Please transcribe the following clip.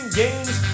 games